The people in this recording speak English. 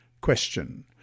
Question